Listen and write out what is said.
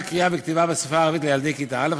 קריאה וכתיבה בשפה הערבית לילדי כיתה א'",